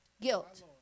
guilt